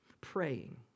Praying